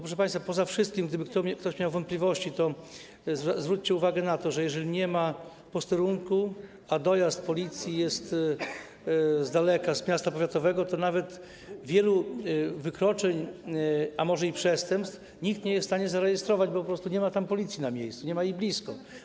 Proszę państwa, pomijając wszystko, gdyby ktoś miał wątpliwości, to proszę zwrócić uwagę na to, że jeżeli nie ma posterunku, a policja dojeżdża z daleka, z miasta powiatowego, to nawet wielu wykroczeń, a może i przestępstw, nikt nie jest w stanie zarejestrować, bo po prostu nie ma policji na miejscu, nie ma jej blisko.